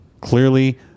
Clearly